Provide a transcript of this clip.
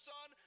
Son